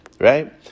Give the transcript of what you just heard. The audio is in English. right